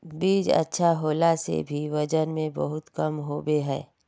बीज अच्छा होला से भी वजन में बहुत कम होबे है?